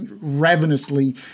ravenously